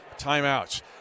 timeouts